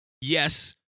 yes